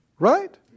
Right